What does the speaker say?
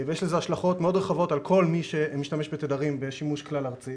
יש לזה השלכות מאוד רחבות על כל מי שמשתמש בתדרים בשימוש כלל ארצי